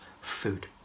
food